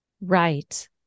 Right